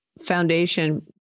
foundation